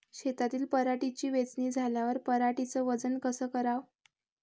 शेतातील पराटीची वेचनी झाल्यावर पराटीचं वजन कस कराव?